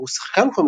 פרידלנדר הוא שחקן,